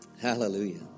Hallelujah